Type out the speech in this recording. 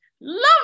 love